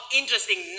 interesting